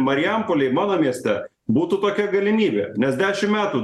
marijampolėj mano mieste būtų tokia galimybė nes dešimt metų